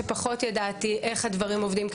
כאשר פחות ידעתי איך הדברים עובדים.